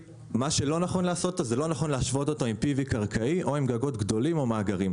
זה לא נכון להשוות אגרו-וולטאי עם PV קרקעי או עם גגות גדולים ומאגרים.